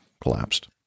collapsed